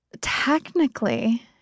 technically